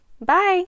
Bye